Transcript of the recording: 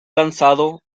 lanzado